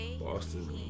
Boston